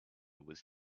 was